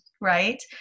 right